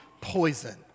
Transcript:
poison